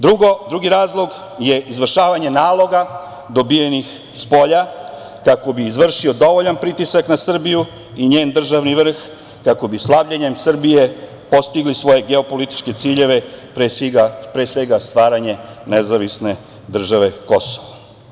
Drugi razlog je izvršavanje naloga dobijenih spolja, kako bi izvršio dovoljan pritisak na Srbiju i njen državni vrh, kako bi slabljenjem Srbije postigli svoje geopolitičke ciljeve, pre svega stvaranje nezavisne države Kosovo.